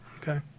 Okay